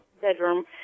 bedroom